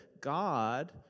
God